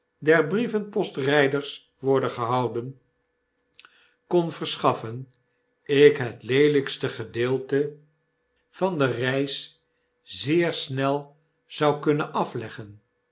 der brievenpostryders worden gehouden kon verschaffen ik het leelykste gedeelte van de reis zeer snel zou kunnen afleggen